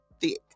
thick